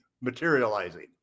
materializing